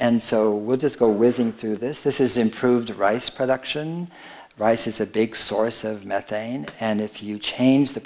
and so would just go whizzing through this this is improved rice production rice is a big source of methane and if you change the